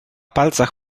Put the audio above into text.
palcach